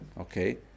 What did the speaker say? Okay